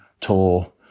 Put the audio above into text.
tour